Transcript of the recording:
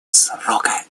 срока